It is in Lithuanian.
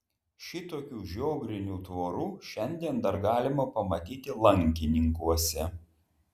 šitokių žiogrinių tvorų šiandien dar galima pamatyti lankininkuose